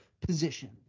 position